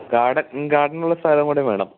garden ഗാർഡനുള്ളത് വേണം